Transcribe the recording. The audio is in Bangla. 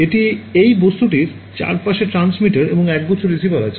এটি এই বস্তুটির চারপাশে ট্রান্সমিটার এবং একগুচ্ছ রিসিভার রয়েছে